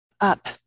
up